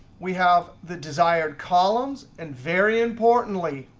we have the desired columns and, very importantly,